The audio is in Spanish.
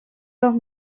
los